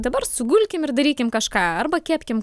dabar sugulkim ir darykim kažką arba kepkim